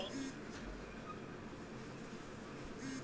आइज मोर भाया बिजली ऑफिस जा छ